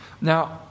Now